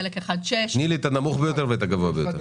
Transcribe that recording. חלק אחד 6. תני את הנמוך ביותר ואת הגבוה ביותר.